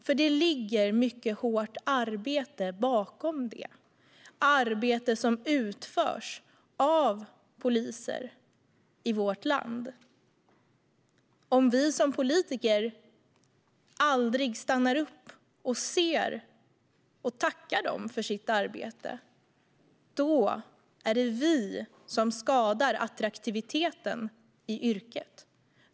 Det ligger nämligen mycket hårt arbete bakom detta, arbete som utförs av poliser i vårt land. Om vi som politiker aldrig stannar upp och ser och tackar dem för deras arbete är det vi som skadar attraktiviteten i yrket.